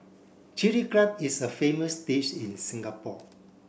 Chilli Crab is a famous dish in Singapore